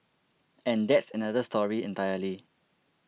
and that's another story entirely